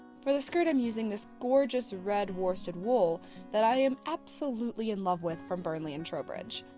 for the skirt i'm using this gorgeous red worsted wool that i am absolutely in love with from burnley and trowbridge.